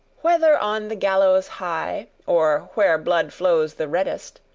whether on the gallows high or where blood flows the reddest,